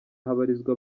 habarizwa